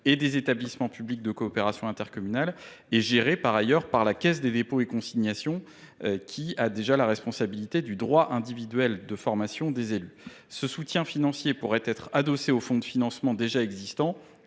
et des établissements publics de coopération intercommunale, géré par ailleurs par la Caisse des dépôts et consignations, déjà chargée du droit individuel à la formation des élus (Dife). Ce soutien financier pourrait être adossé au fonds de financement existant,